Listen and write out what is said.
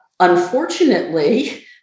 Unfortunately